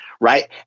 right